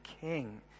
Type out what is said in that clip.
king